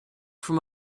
from